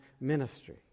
ministry